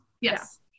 yes